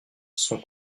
sont